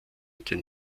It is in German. den